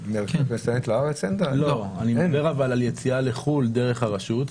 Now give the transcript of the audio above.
אני מדבר על יציאה לחו"ל דרך הרשות,